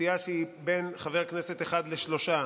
סיעה שהיא בין חבר כנסת אחד לשלושה